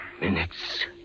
Minutes